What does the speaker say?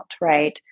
Right